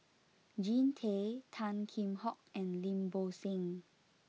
Jean Tay Tan Kheam Hock and Lim Bo Seng